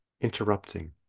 interrupting